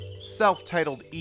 self-titled